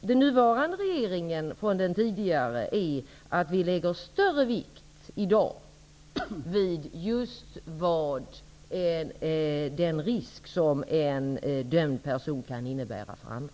den nuvarande regeringen från den tidigare är att vi i dag lägger större vikt vid den risk som en dömd person kan innebära för andra.